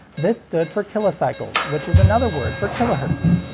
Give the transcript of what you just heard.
this stood for kilocycles, which is another word for kilohertz.